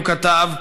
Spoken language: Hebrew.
הוא כתב,